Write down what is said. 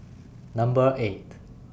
Number eight